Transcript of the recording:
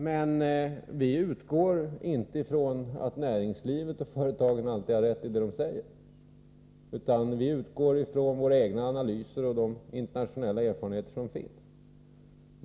Men vi utgår inte från att näringslivet och företagen alltid har rätt i vad de säger, utan vi utgår från våra egna analyser och de internationella erfarenheter som finns.